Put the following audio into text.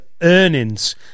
Earnings